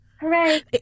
Hooray